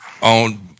on